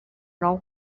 nou